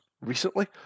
recently